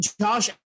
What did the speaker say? Josh